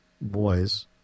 boys